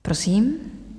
Prosím.